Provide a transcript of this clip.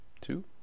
Two